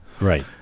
Right